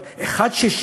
אבל אחד ששירת